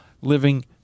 living